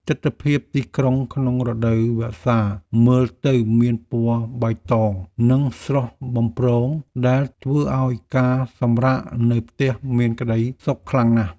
ទិដ្ឋភាពទីក្រុងក្នុងរដូវវស្សាមើលទៅមានពណ៌បៃតង និងស្រស់បំព្រងដែលធ្វើឱ្យការសម្រាកនៅផ្ទះមានក្តីសុខខ្លាំងណាស់។